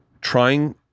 trying